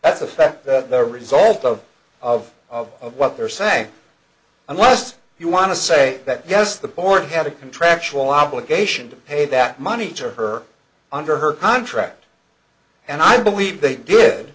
that's affect the result of of of of what they're saying unless you want to say that yes the board had a contractual obligation to pay that money to her under her contract and i believe they did